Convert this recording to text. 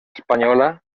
espanyola